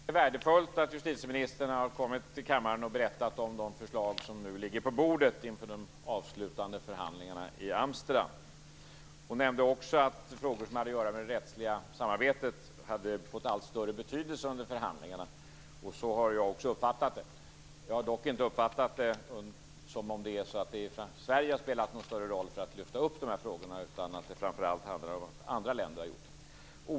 Herr talman! Det är värdefullt att justitieministern har kommit till kammaren och berättat om de förslag om nu ligger på bordet inför de avslutande förhandlingarna i Amsterdam. Hon nämnde också att frågor som har att göra med det rättsliga samarbetet har fått allt större betydelse under förhandlingarna. Så har jag också uppfattat det. Jag har dock inte uppfattat att Sverige har spelat någon större roll för att lyfta upp de här frågorna, utan att framför allt andra länder har gjort det.